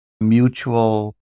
mutual